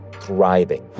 thriving